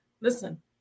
Listen